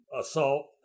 assault